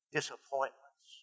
Disappointments